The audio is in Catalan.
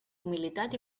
humilitat